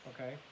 Okay